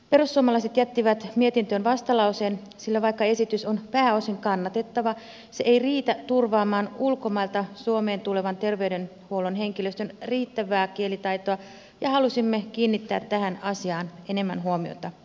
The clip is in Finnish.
perussuomalaiset jättivät mietintöön vastalauseen sillä vaikka esitys on pääosin kannatettava se ei riitä turvaamaan ulkomailta suomeen tulevan terveydenhuollon henkilöstön riittävää kielitaitoa ja halusimme kiinnittää tähän asiaan enemmän huomiota